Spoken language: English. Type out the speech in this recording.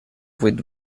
with